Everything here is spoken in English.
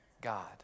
God